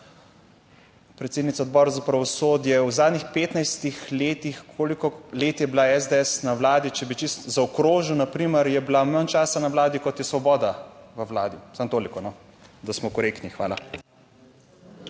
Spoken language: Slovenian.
predsednica Odbora za pravosodje, v zadnjih 15 letih, koliko let je bila SDS na vladi, če bi čisto zaokrožil na primer, je bila manj časa na vladi kot je Svoboda v vladi. Samo toliko, no, da smo korektni. Hvala.